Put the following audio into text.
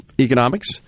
economics